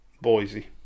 Boise